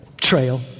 trail